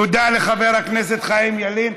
תודה לחבר הכנסת חיים ילין.